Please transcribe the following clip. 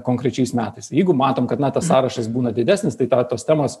konkrečiais metais jeigu matom kad na tas sąrašas būna didesnis tai tą tos temos